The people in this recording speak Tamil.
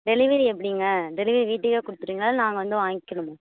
டெலிவரி எப்படிங்க டெலிவரி வீட்லேயே கொடுத்துருவீங்களா இல்லை நாங்கள் வந்து வாங்கிக்கணுமா